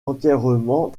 entièrement